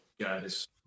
guys